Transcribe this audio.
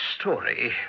story